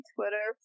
Twitter